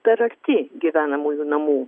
per arti gyvenamųjų namų